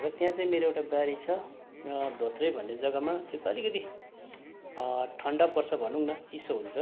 र त्यहाँ चाहिँ मेरो एउटा बारी छ धोत्रे भन्ने जग्गामा त्यो चाहिँ अलिकति ठन्डा पर्छ भनौँ न चिसो हुन्छ